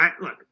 look